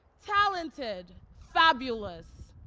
talented, fabulous?